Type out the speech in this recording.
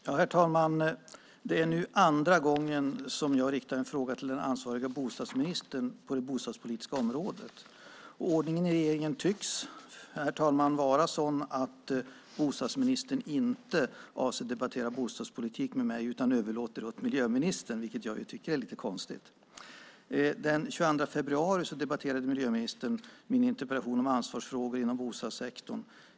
Herr talman! Det är nu andra gången som jag riktar en fråga till den ansvariga bostadsministern på det bostadspolitiska området. Ordningen i regeringen tycks vara sådan att bostadsministern inte avser att debattera bostadspolitik med mig utan överlåter åt miljöministern att göra det, vilket jag tycker är lite konstigt. Den 22 februari debatterade miljöministern min interpellation om ansvarsfrågor inom bostadssektorn.